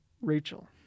Rachel